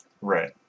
Right